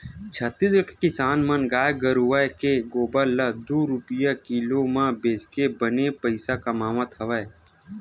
छत्तीसगढ़ के किसान मन गाय गरूवय के गोबर ल दू रूपिया किलो म बेचके बने पइसा कमावत हवय